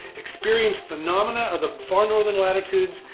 experience phenomena of the far northern latitudes,